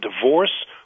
divorce